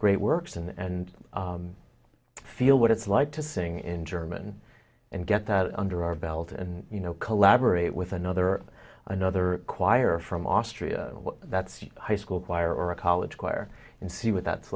great works and feel what it's like to sing in german and get that under our belt and you know collaborate with another another choir from austria that's high school choir or a college choir and see what that's